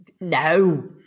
No